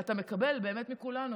ואת הכבוד אתה מקבל באמת מכולנו,